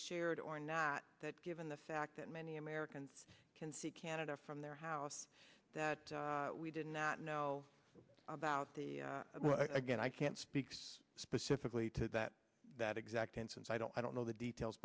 shared or not that given the fact that many americans can see canada from their house that we did not know about the again i can't speak specifically to that that exact and since i don't i don't know the details